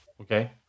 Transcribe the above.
Okay